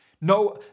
No